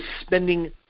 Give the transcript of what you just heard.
spending